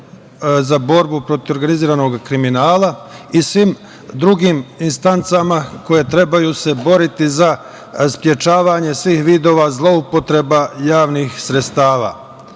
za borbu protiv organizovanog kriminala i svim drugim instancama koje se trebaju boriti za sprečavanje svih vidova zloupotreba javnih sredstava. Već